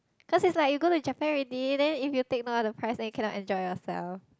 cause is like you go to Japan already then if you take note of the price then you cannot enjoy yourself